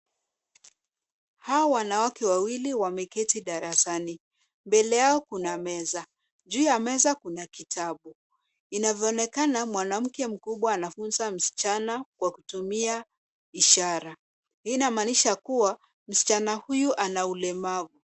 Hawa wanawake wawili wameketi darasani. Mbele yao kuna meza. Juu ya meza kuna kitabu. Inavyoonekana mwanamke mkubwa anafunza msichana kwa kutumia ishara. Hii inamaanisha kuwa msichana huyu ana ulemavu.